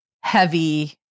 heavy